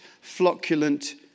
flocculent